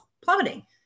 plummeting